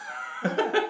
why not